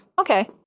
Okay